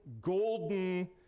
golden